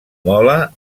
mola